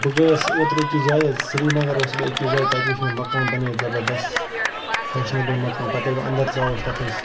بہٕ گٔیَس اوترٕ أکِس جایہِ حظ سریٖنگر اوسُس بہٕ أکِس جایہِ تَتہِ وٕچھِ مےٚ مَکان بَنٲیِتھ زبردست فٮ۪شنیبٕل مَکان پَتہٕ ییٚلہِ بہٕ انٛدَر ژاوُس تَتھ ٲسۍ